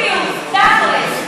בדיוק, תכל'ס.